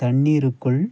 தண்ணீருக்குள்